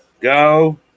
go